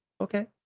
okay